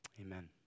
Amen